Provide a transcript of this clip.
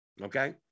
Okay